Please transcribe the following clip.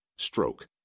Stroke